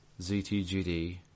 ZTGD